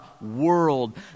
world